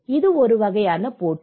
இது ஒரு வகையான போட்டி